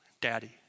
Daddy